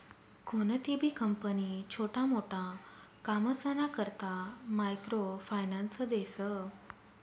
कोणतीबी कंपनी छोटा मोटा कामसना करता मायक्रो फायनान्स देस